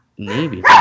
Navy